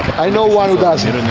i know one who doesn't.